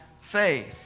faith